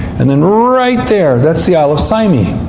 and then right there, that's the isle of symi.